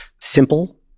Simple